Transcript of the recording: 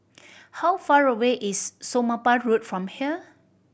how far away is Somapah Road from here